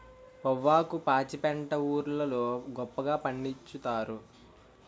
పొవ్వాకు పాచిపెంట ఊరోళ్లు గొప్పగా పండిచ్చుతారు